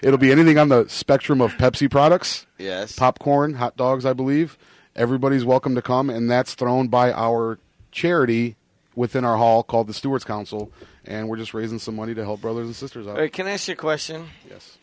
will be anything on the spectrum of pepsi products yes popcorn hotdogs i believe everybody is welcome to come and that's thrown by our charity within our hall called the stewards council and we're just raising some money to help brothers and sisters i can ask a question yes